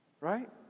Right